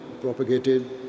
propagated